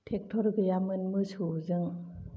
tractor गैयामोन मोसौजों